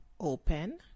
Open